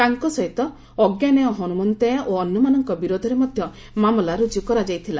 ତାଙ୍କ ସହିତ ଅଜ୍ଞାନେୟ ହନ୍ରମନ୍ତେୟା ଓ ଅନ୍ୟମାନଙ୍କ ବିରୋଧରେ ମଧ୍ୟ ମାମଲା ରୁଜ୍ଜୁ କରାଯାଇଥିଲା